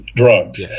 drugs